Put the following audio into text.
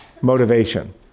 motivation